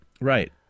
Right